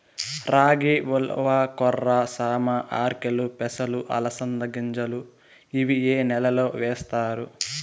రాగి, ఉలవ, కొర్ర, సామ, ఆర్కెలు, పెసలు, అలసంద గింజలు ఇవి ఏ నెలలో వేస్తారు?